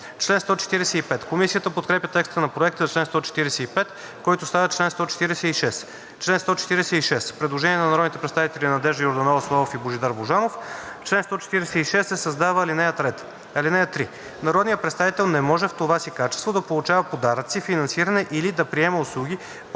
чл. 145. Комисията подкрепя текста на Проекта за чл. 145, който става чл. 146. По чл. 146 има предложение на народните представители Надежда Йорданова, Атанас Славов и Божидар Божанов: „В чл. 146 се създава ал. 3: „(3) Народният представител не може в това си качество да получава подаръци, финансиране или да приема услуги под